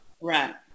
Right